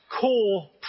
core